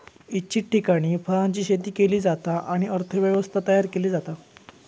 इच्छित ठिकाणी फळांची शेती केली जाता आणि अर्थ व्यवस्था तयार केली जाता